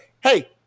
Hey